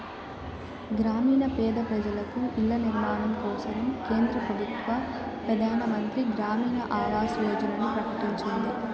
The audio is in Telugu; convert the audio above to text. గ్రామీణ పేద పెజలకు ఇల్ల నిర్మాణం కోసరం కేంద్ర పెబుత్వ పెదానమంత్రి గ్రామీణ ఆవాస్ యోజనని ప్రకటించింది